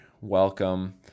welcome